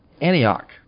Antioch